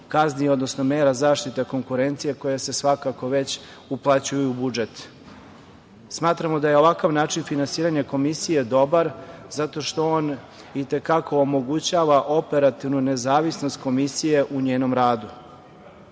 odnosno mera zaštita konkurencije koje se svakako već uplaćuju u budžet. Smatramo da je ovakav način finansiranja Komisije dobar zato što on i te kako omogućava operativnu nezavisnost Komisije u njenom radu. Kada